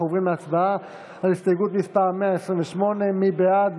אנחנו עוברים להצבעה על הסתייגות מס' 127. מי בעד?